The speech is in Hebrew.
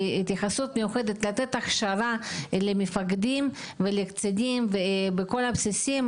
ולתת הכשרה למפקדים ולקצינים בכל הבסיסים,